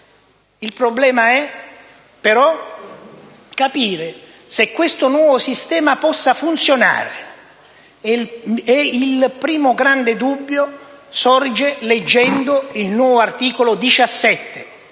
Il problema però è capire se questo nuovo Sistema possa funzionare. E il primo grande dubbio sorge leggendo il nuovo articolo 17,